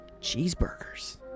cheeseburgers